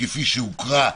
כפי שנקרא,